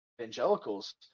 evangelicals